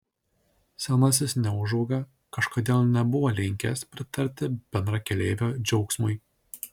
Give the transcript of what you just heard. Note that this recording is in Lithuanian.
senasis neūžauga kažkodėl nebuvo linkęs pritarti bendrakeleivio džiaugsmui